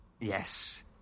Yes